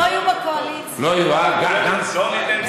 אמרתי שעוד מעט יהיה כסף קואליציוני לחייל דתי בצבא.